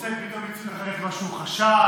מוצא פתאום מציאות אחרת ממה שהוא חשב.